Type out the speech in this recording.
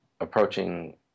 approaching